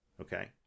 okay